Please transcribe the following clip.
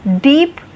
deep